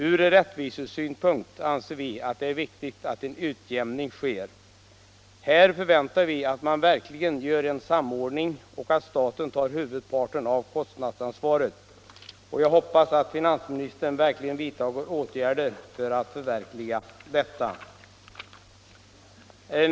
Ur rättvisesynpunkt anser vi att det är viktigt att en utjämning sker. Här förväntar vi att man verkligen gör en samordning och att staten tar huvudparten av kostnadsansvaret, och jag hoppas att finansministern vidtar åtgärder för att förverkliga detta.